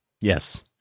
Yes